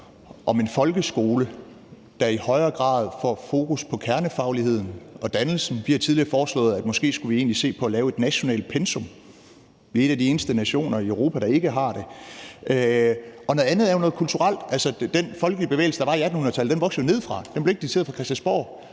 om en folkeskole, der i højere grad får fokus på kernefagligheden og dannelsen. Vi har tidligere foreslået, at man måske skulle se på at lave et nationalt pensum. Vi er en af de eneste nationer i Europa, der ikke har det, og noget andet er jo noget kulturelt. Altså, den folkelige bevægelse, der var i 1800-tallet, voksede jo nedefra, den blev ikke dikteret fra Christiansborg.